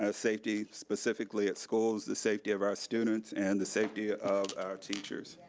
ah safety specifically at schools. the safety of our students, and the safety of our teachers.